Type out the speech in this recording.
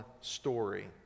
story